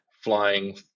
flying